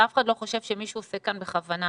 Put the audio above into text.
ואף אחד לא חושב שמישהו עושה כאן בכוונה.